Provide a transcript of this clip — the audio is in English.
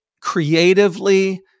creatively